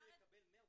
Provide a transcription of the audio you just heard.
פתאום הוא יקבל 100%?